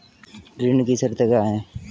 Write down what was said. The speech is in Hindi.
ऋण की शर्तें क्या हैं?